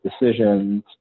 decisions